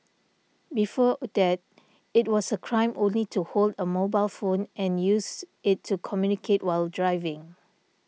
before that it was a crime only to hold a mobile phone and use it to communicate while driving